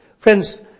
Friends